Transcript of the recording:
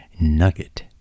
nugget